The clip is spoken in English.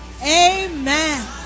Amen